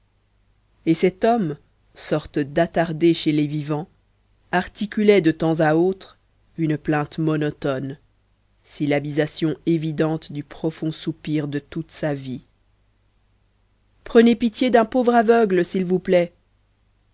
et cet homme sorte d'attardé chez les vivants articulait de temps à autre une plainte monotone syllabisation évidente du profond soupir de toute sa vie prenez pitié d'un pauvre aveugle s'il vous plaît